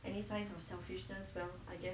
any signs of selfishness well I guess